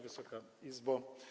Wysoka Izbo!